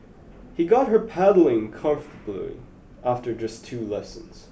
he got her pedaling comfortably after just two lessons